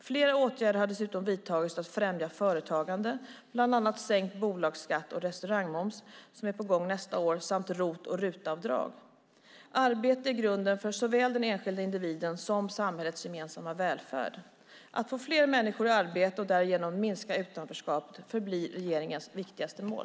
Flera åtgärder har dessutom vidtagits för att främja företagande, bland annat sänkt bolagsskatt och restaurangmoms, som är på gång nästa år, samt RUT och ROT-avdrag. Arbete är grunden för såväl den enskilde individens som samhällets gemensamma välfärd. Att få fler människor i arbete och därigenom minska utanförskapet förblir regeringens viktigaste mål.